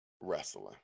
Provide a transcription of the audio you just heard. wrestling